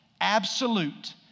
absolute